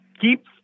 keep